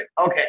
Okay